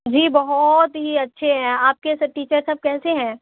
جی بہت ہی اچھے ہیں آپ کے سب ٹیچر سب کیسے ہیں